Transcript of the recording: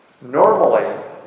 Normally